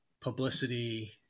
publicity